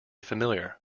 familiar